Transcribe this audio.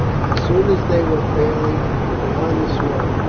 as soon as they were fairly beyond the swamp,